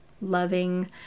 loving